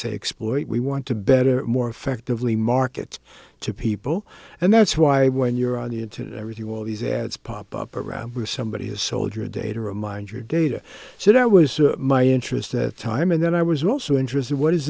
say exploit we want to better or more effectively market to people and that's why when you're on the internet everything all these ads pop up around where somebody has sold your day to remind your data so that was my interest that time and then i was also interested what is